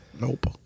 Nope